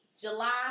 July